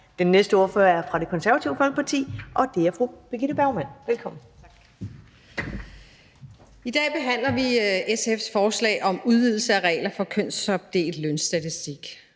Den næste ordfører er fra Det Konservative Folkeparti, og det er fru Birgitte Bergman. Velkommen. Kl. 11:21 (Ordfører) Birgitte Bergman (KF): Tak. I dag behandler vi SF's forslag om udvidelse af regler for kønsopdelt lønstatistik.